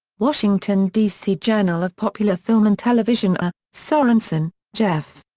washington, d c. journal of popular film and television. ah sorenson, jeff.